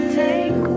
take